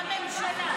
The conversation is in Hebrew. הממשלה.